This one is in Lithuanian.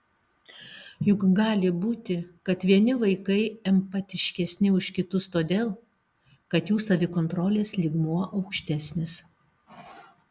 juk gali būti kad vieni vaikai empatiškesni už kitus todėl kad jų savikontrolės lygmuo aukštesnis